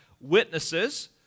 witnesses